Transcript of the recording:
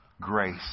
grace